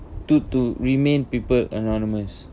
to to remain people anonymous